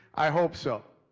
i hope so.